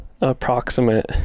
approximate